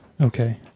Okay